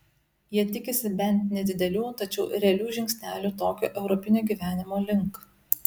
jie tikisi bent nedidelių tačiau realių žingsnelių tokio europinio gyvenimo link